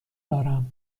دارم